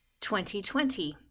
2020